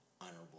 honorable